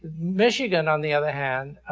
michigan, on the other hand,